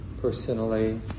personally